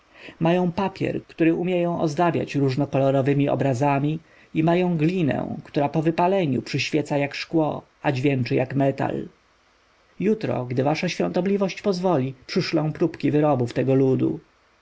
mają papier który umieją ozdabiać różnokolorowemi obrazami i mają glinę która po wypaleniu przyświeca jak szkło a dźwięczy jak metal jutro gdy wasza świątobliwość pozwoli przyszlę próbki wyrobów tego ludu